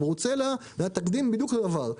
הברוצלה הוא בדיוק התקדים לעבר.